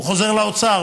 הוא חוזר לאוצר,